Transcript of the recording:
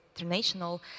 International